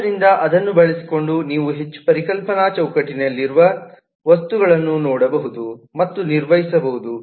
ಆದ್ದರಿಂದ ಅದನ್ನು ಬಳಸಿಕೊಂಡು ನೀವು ಹೆಚ್ಚು ಪರಿಕಲ್ಪನಾ ಚೌಕಟ್ಟಿನಲ್ಲಿರುವ ವಸ್ತುಗಳನ್ನು ನೋಡಬಹುದು ಮತ್ತು ನಿರ್ವಹಿಸಬಹುದು